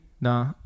No